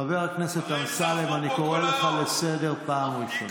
חבר הכנסת אמסלם, אני קורא אותך לסדר פעם ראשונה.